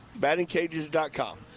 Battingcages.com